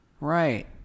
Right